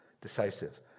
decisive